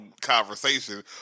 conversation